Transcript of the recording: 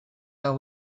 are